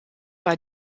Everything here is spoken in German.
war